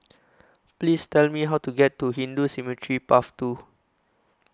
Please Tell Me How to get to Hindu Cemetery Path two